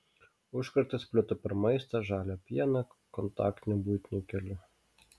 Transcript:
užkratas plito per maistą žalią pieną kontaktiniu buitiniu keliu